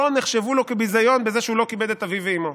לא נחשבו לו לביזיון בזה שהוא לא כיבד את אביו ואימו,